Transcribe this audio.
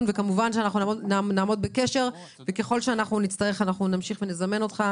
וכמובן שנהיה בקשר וככל שנצטרך נמשיך ונזמן אותך,